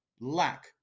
lack